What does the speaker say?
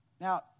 Now